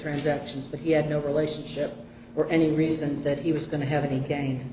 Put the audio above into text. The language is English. transactions that he had no relationship or any reason that he was going to have any gain